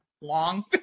long